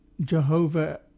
Jehovah